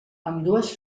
ambdues